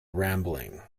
rambling